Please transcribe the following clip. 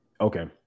Okay